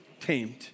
Tamed